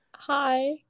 Hi